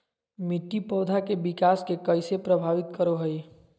मिट्टी पौधा के विकास के कइसे प्रभावित करो हइ?